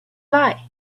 lie